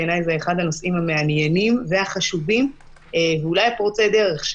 בעיניי זה אחד הנושאים המעניינים והחשובים ואולי פורצי הדרך,